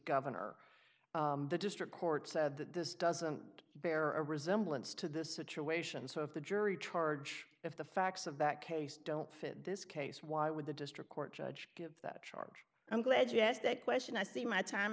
governor the district court said that this doesn't bear a resemblance to the situation so if the jury trial or judge if the facts of that case don't fit this case why would the district court judge that charge i'm glad you asked that question i see my time